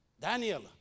Daniel